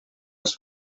els